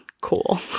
cool